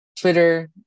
Twitter